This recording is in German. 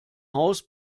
haus